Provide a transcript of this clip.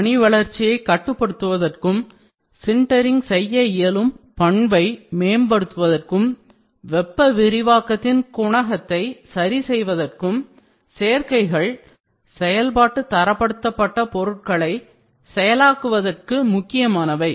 மணிவளர்ச்சியைக் கட்டுப்படுத்துவதற்கும் சின்டரிங் செய்ய இயலும் பண்பை மேம்படுத்துவதற்கும் வெப்ப விரிவாக்கத்தின் குணகத்தை சரிசெய்வதற்கும் சேர்க்கைகள் செயல்பாட்டு தரப்படுத்தப்பட்ட பொருட்களை செயலாக்குவதற்கு முக்கியமானவை